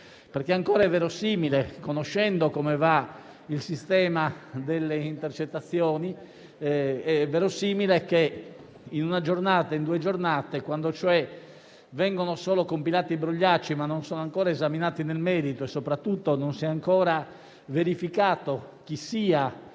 È ancora verosimile, conoscendo come funziona il sistema delle intercettazioni, che in una o due giornate, quando cioè vengono solo compilati i brogliacci, ma non sono ancora esaminati nel merito e soprattutto non si è ancora verificata quale sia